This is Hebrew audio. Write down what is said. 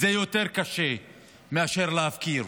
זה יותר קשה מאשר להפקיר,